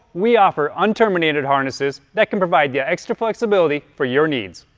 we offer un-terminated harnesses that can provide the extra flexibility for your needs.